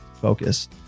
focus